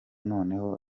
noneho